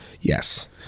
Yes